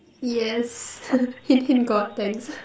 yes hint hint God thanks